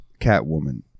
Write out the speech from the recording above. Catwoman